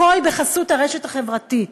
הכול בחסות הרשת החברתית.